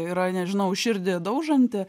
yra nežinau širdį daužanti